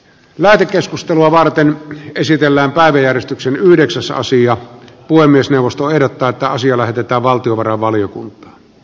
lähetekeskustelua varten esitellä maanjäristyksen lieksassa asia puhemiesneuvosto ehdottaa että asia lähetetään valtiovarainvaliokunta